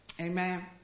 Amen